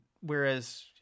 whereas